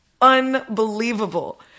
unbelievable